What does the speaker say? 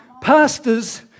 Pastors